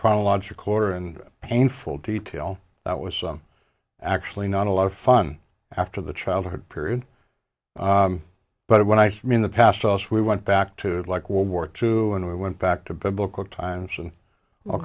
chronological order and painful detail that was actually not a lot of fun after the childhood period but when i saw him in the past us we went back to like world war two and we went back to biblical times and all